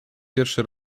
pierwszy